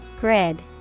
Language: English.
Grid